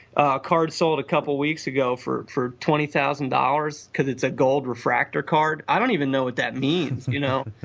ah card sold a couple weeks ago for for twenty thousand point, because it's a gold refractor card. i don't even know what that means you know,